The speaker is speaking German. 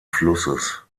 flusses